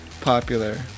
popular